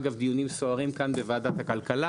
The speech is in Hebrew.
אגב דיונים סוערים כאן בוועדת הכלכלה,